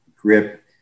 grip